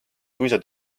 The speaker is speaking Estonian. suisa